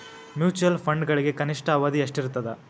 mutual ಫಂಡ್ಗಳಿಗೆ ಕನಿಷ್ಠ ಅವಧಿ ಎಷ್ಟಿರತದ